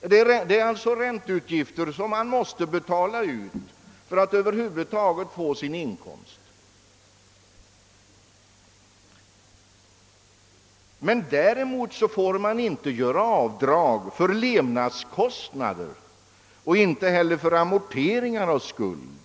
Det är alltså ränteutgifter, som han måste betala för att över huvud taget få sin inkomst. Däremot får man inte göra avdrag för levnadskostnader och inte heller för amorteringar och skuld,